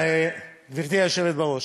גברתי היושבת בראש,